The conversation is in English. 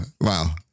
Wow